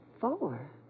Four